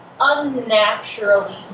unnaturally